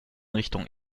richtung